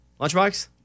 Lunchbox